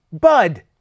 bud